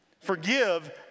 Forgive